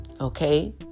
Okay